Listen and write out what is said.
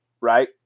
right